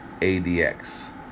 ADX